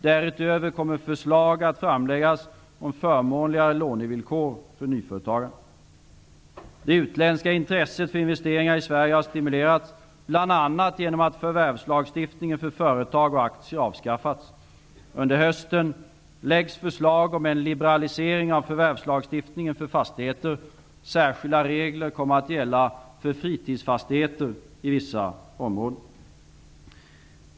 Därutöver kommer förslag att framläggas om förmånligare lånevillkor för nyföretagande. Det utländska intresset för investeringar i Sverige har stimulerats bl.a. genom att förvärvslagstiftningen för företag och aktier har avskaffats. Under hösten läggs förslag om en liberalisering av förvärvslagstiftningen för fastigheter. Särskilda regler kommer att gälla för fritidsfastigheter i vissa områden.